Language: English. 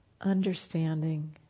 understanding